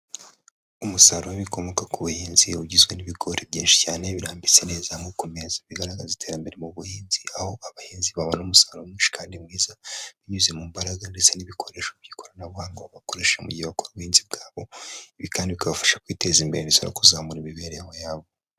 Umusaruro w'ibikomoka ku buhinzi ugizwe n'ibigori byinshi cyane birambitse neza ku meza, bigaragaza iterambere mu buhinzi aho abahinzi babona umusaruro mwinshi kandi mwiza, binyuze mu mbaraga ndetse n'ibikoresho by'ikoranabuhanga bakoresha mu gihe bakora ubuhinzi bwabo, ibi kandi bikabafasha kwiteza imbere ndetse no kuzamura imibereho yabo.